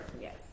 Yes